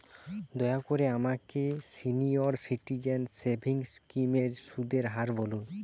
দয়া করে আমাকে সিনিয়র সিটিজেন সেভিংস স্কিমের সুদের হার বলুন